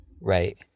Right